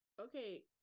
Okay